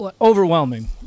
overwhelming